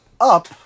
up